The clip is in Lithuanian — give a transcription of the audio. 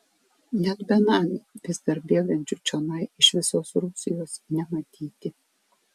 net benamių vis dar bėgančių čionai iš visos rusijos nematyti